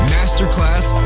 Masterclass